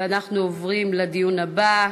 ואנחנו עוברים לדיון הבא.